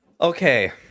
okay